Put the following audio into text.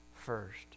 first